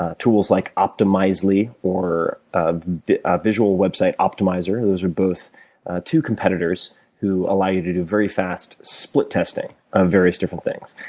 ah tools like optimizely or ah ah visual website optimizer. those are both two competitors who allow you to do very fast split testing on various different things.